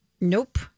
Nope